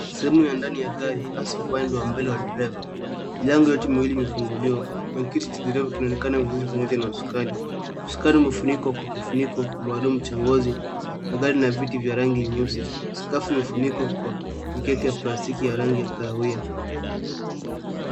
Sehemu ya ndani ya gari hasa upande wa mbele ya dereva milango yote miwili imefunguliwa na kiti cha dereva kinaonekana vizuri pamoja na usukani. Uskani umefunikwa kwa kifuniko maalum cha ngozi na viti vya rangi nyeusi skafu umefunikwa kwa mikeka ya rangi ya kahawia.